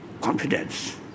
confidence